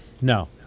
no